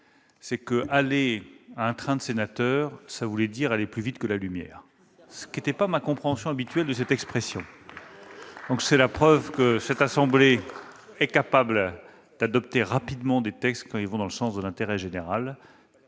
qu'aller à un train de sénateur voulait dire aller plus vite que la lumière, ce qui n'est pas ma compréhension habituelle de cette expression ! C'est la preuve que cette assemblée est capable d'adopter rapidement des textes quand ceux-ci vont dans le sens de l'intérêt général.